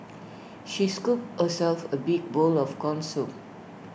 she scooped herself A big bowl of Corn Soup